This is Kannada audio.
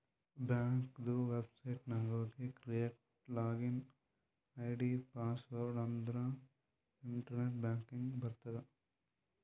ಬ್ಯಾಂಕದು ವೆಬ್ಸೈಟ್ ನಾಗ್ ಹೋಗಿ ಕ್ರಿಯೇಟ್ ಲಾಗಿನ್ ಐ.ಡಿ, ಪಾಸ್ವರ್ಡ್ ಅಂದುರ್ ಇಂಟರ್ನೆಟ್ ಬ್ಯಾಂಕಿಂಗ್ ಬರ್ತುದ್